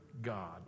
God